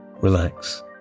relax